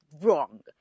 wrong